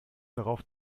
darauf